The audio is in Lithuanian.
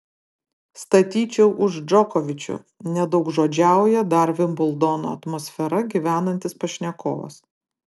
statyčiau už džokovičių nedaugžodžiauja dar vimbldono atmosfera gyvenantis pašnekovas